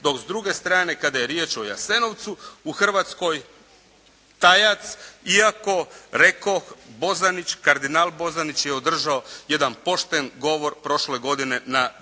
dok s druge strane kada je riječ o Jasenovcu u Hrvatskoj tajac iako rekoh Bozanić, kardinal Bozanić je održao jedan pošten govor prošle godine na Bleiburgu.